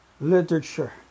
literature